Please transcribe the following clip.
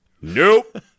Nope